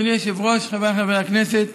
אדוני היושב-ראש, חבריי חברי הכנסת,